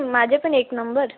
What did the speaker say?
माझे पण एक नंबर